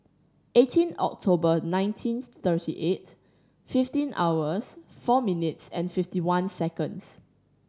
eighteen October nineteen thirty eight fifteen hours four minutes fifty one seconds